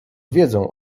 wiedzą